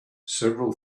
several